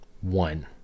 one